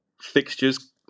fixtures